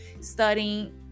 studying